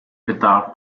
guitar